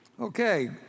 Okay